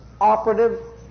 operative